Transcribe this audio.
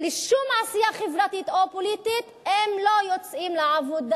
לשום עשייה חברתית או פוליטית אם לא יוצאים לעבודה,